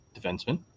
defenseman